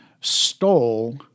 stole